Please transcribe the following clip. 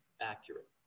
accurate